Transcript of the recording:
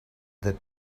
that